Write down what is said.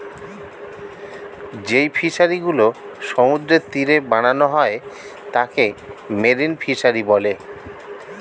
যেই ফিশারি গুলো সমুদ্রের তীরে বানানো হয় তাকে মেরিন ফিসারী বলে